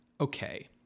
Okay